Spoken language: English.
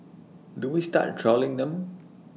do we start trolling them